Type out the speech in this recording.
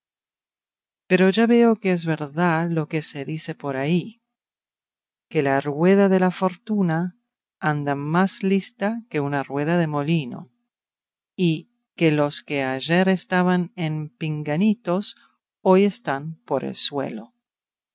pero ya veo que es verdad lo que se dice por ahí que la rueda de la fortuna anda más lista que una rueda de molino y que los que ayer estaban en pinganitos hoy están por el suelo